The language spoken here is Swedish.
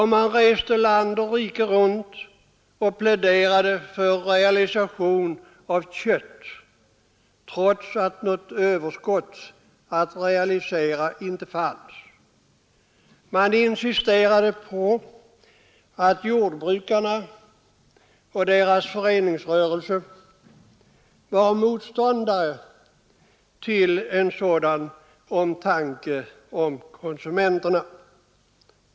Man reste land och rike runt och pläderade för realisation av kött, trots att det inte fanns något överskott att realisera. Man insisterade på att jordbrukarna och deras föreningsrörelse var motståndare till en sådan omtanke om konsumenterna.